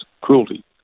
cruelty